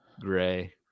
Gray